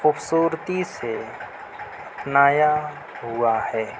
خوبصورتی سے اپنایا ہوا ہے